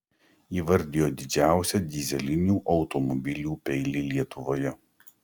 įvardijo didžiausią dyzelinių automobilių peilį lietuvoje